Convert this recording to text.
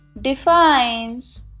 defines